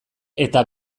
eta